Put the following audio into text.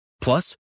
Plus